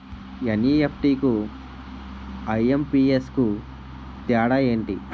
NEFT కు IMPS కు తేడా ఎంటి?